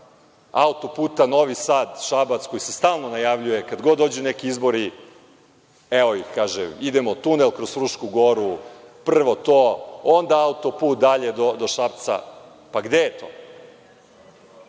autoputa Novi Sad-Šabac koji se stalno najavljuje. Kad god dođu neki izbori, evo ih, kažu – idemo, tunel kroz Frušku Goru, prvo to, onda autoput dalje do Šapca. Gde je to?